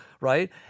right